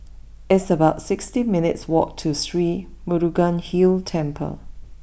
it's about sixty minutes' walk to Sri Murugan Hill Temple